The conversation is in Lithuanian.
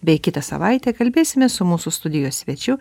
bei kitą savaitę kalbėsime su mūsų studijos svečiu